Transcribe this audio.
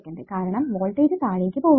കാരണം വോൾടേജ് താഴേക്ക് പോവുകയാണ്